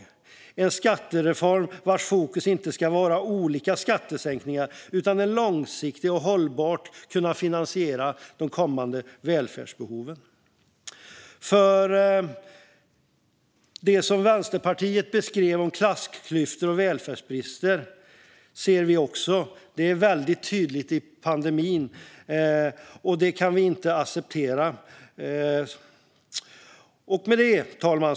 Det ska vara en skattereform vars fokus inte är olika skattesänkningar utan att långsiktigt och hållbart kunna finansiera kommande välfärdsbehov. Vi ser också det som Vänsterpartiet beskrev om klassklyftor och välfärdsbrister. Det har blivit väldigt tydligt i pandemin, och det kan vi inte acceptera. Fru talman!